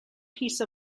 piece